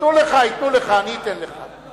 ייתנו לך, ייתנו לך, אני אתן לך.